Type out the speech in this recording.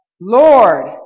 Lord